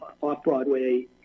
off-Broadway